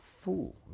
fool